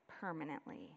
permanently